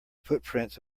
footprints